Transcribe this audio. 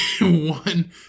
one